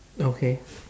okay